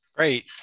Great